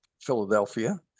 philadelphia